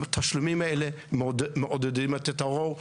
התשלומים האלה מעודדים את הטרור.